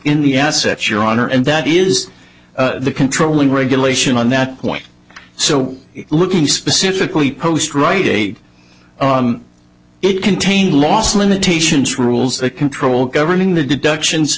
in the assets your honor and that is the controlling regulation on that point so looking specifically post right eight it contain last limitations rules that control governing the deductions